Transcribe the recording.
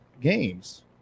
games